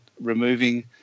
removing